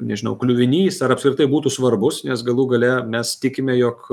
nežinau kliuvinys ar apskritai būtų svarbus nes galų gale mes tikime jog